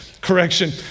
Correction